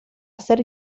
ser